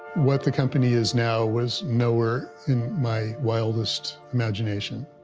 what the company is now was nowhere in my wildest imagination.